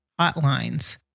hotlines